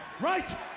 right